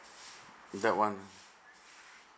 that one